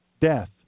Death